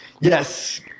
Yes